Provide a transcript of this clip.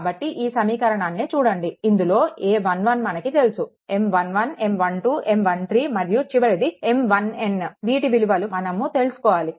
కాబట్టి ఈ సమీకరణాన్ని చూడండి ఇందులో a11 మనకి తెలుసు M11 M12 M13 మరియు చివరిది M1n వీటి విలువలు మనము తెలుసుకోవాలి